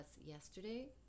yesterday